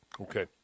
Okay